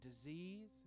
disease